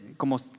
como